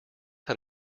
had